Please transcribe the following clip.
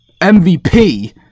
MVP